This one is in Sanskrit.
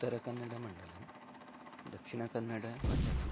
उत्तरकन्नडमण्डलं दक्षिणकन्नडमण्डलं